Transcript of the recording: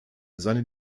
seine